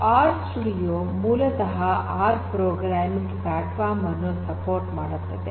R studio ಮೂಲತಃ R programming platform ಅನ್ನು ಬೆಂಬಲಿಸುತ್ತದೆ